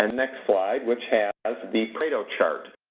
and next slide, which has has the pareto chart.